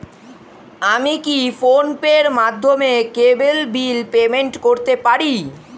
আমি কি ফোন পের মাধ্যমে কেবল বিল পেমেন্ট করতে পারি?